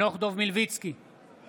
אינו